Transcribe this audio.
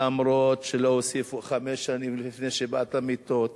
אף-על-פי שלא הוסיפו חמש שנים לפני שבאת מיטות